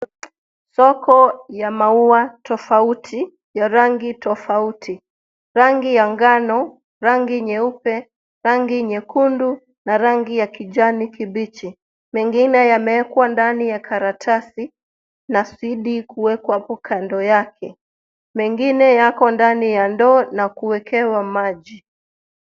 Soko ya maua tofauti ya rangi tofauti rangi ya ngano, rangi nyeupe, rangi nyekundu na rangi ya kijani kibichi. Mengine yamewekwa ndani ya karatasi na sidi kuwekwa hapo kando yake. Mengine yapo ndani ya ndoo na kuwekewa maji.